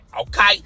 okay